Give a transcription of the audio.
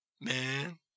Man